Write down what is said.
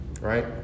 right